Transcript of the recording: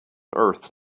earth